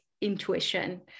intuition